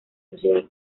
sociedad